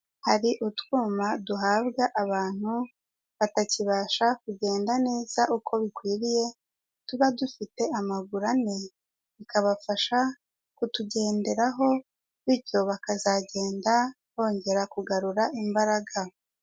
Hari utwuma duhabwa abantu batakibasha kugenda neza uko bikwiriye tuba dufite amaguru ane, bikabafasha kutugenderaho bityo bakazagenda bongera kugarura imbaraga.